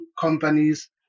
companies